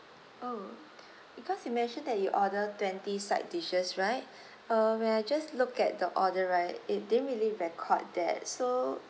oh because you mentioned that you order twenty side dishes right uh when I just look at the order right it didn't really record that so